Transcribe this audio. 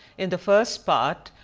in the first part,